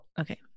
okay